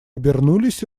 обернулись